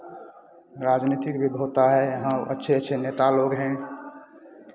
राजनीतिक भी होता है यहाँ अच्छे अच्छे नेता लोग हैं